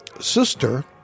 sister